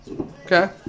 Okay